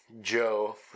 Joe